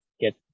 get